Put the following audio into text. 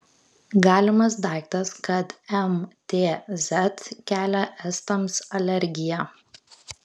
galimas daiktas kad mtz kelia estams alergiją